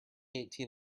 eigtheen